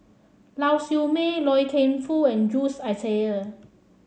Lau Siew Mei Loy Keng Foo and Jules Itier